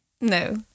No